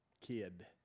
kid